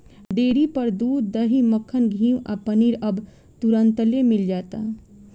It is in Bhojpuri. डेरी पर दूध, दही, मक्खन, घीव आ पनीर अब तुरंतले मिल जाता